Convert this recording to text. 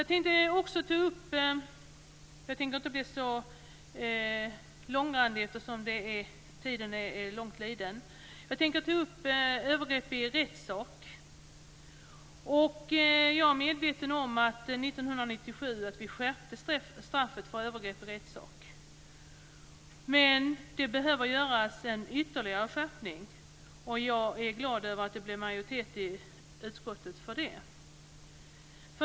Jag tänker inte bli så långrandig, eftersom tiden är långt liden. Men jag tänker ta upp övergrepp i rättssak. Jag är medveten om att vi 1997 skärpte straffet för övergrepp i rättssak, men det behöver göras en ytterligare skärpning. Jag är glad över att det blev en majoritet i utskottet för det.